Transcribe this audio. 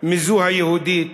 מזו היהודית,